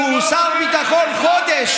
שהוא שר ביטחון חודש,